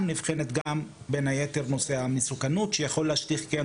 נבחנת גם בין היתר נושא המסוכנות שיכול להשליך כן,